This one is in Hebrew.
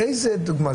איזה דוגמה זו?